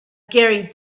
gary